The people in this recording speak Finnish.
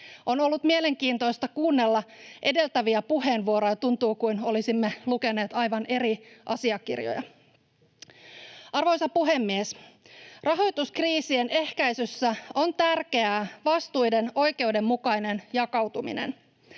On ollut mielenkiintoista kuunnella edeltäviä puheenvuoroja, ja tuntuu kuin olisimme lukeneet aivan eri asiakirjoja. Arvoisa puhemies! Rahoituskriisien ehkäisyssä on tärkeää vastuiden oikeudenmukainen jakautuminen.